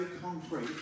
concrete